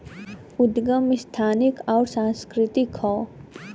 उदगम संस्थानिक अउर सांस्कृतिक हौ